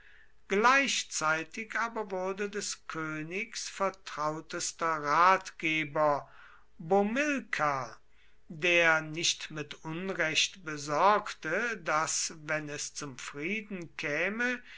gleichzeitig aber wurde des königs vertrautester ratgeber bomilkar der nicht mit unrecht besorgte daß wenn es zum frieden käme